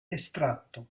estratto